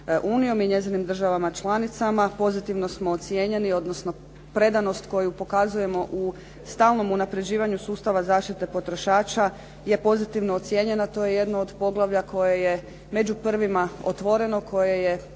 i njezinim državama članicama pozitivno smo ocijenjeni, odnosno predanost koju pokazujemo u stalnom unapređivanju sustava zaštite potrošača je pozitivno ocijenjeno. To je jedno od poglavlja koje je među prvima otvoreno, koje je